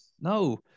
No